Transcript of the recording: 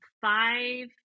five